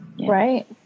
Right